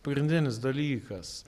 pagrindinis dalykas